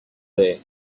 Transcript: there